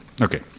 Okay